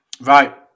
Right